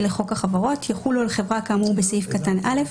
לחוק החברות יחולו על חברה כאמור בסעיף קטן (א),